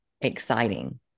exciting